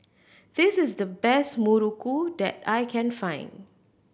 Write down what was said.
this is the best muruku that I can find